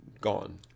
gone